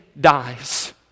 dies